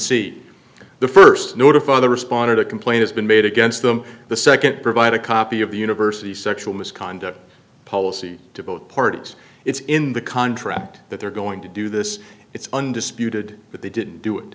c the st notify the responder to complain has been made against them the nd to provide a copy of the university's sexual misconduct policy to both parties it's in the contract that they're going to do this it's undisputed that they didn't do it